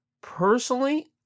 Personally